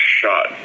shot